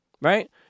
right